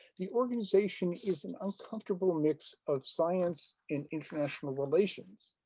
the organization is an uncomfortable mix of science and international relations.